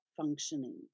functioning